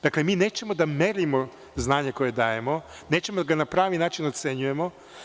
Dakle, mi nećemo da merimo znanje koje dajemo, nećemo da ga na pravi način ocenjujemo.